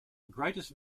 greatest